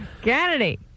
Kennedy